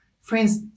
Friends